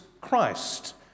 Christ